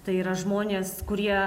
tai yra žmonės kurie